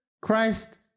Christ